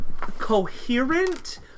coherent